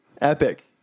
epic